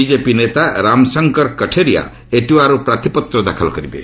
BJP ନେତା ରାମଶଙ୍କର କଠେରିଆ ଏଟାୱାରୁ ପ୍ରାର୍ଥୀପତ୍ର ଦାଖଲ କରିବେ